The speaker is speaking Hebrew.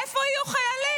מאיפה יהיו חיילים?